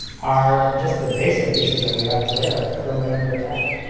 are just the basic pieces that we have today are currently under attack.